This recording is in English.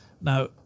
Now